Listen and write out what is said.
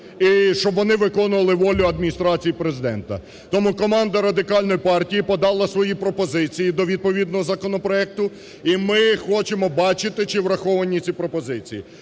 щоб вони виконували волю Адміністрації Президента? Тому команда Радикальної партії подала свої пропозиції до відповідного законопроекту і ми хочемо бачити, чи враховані ці пропозиції.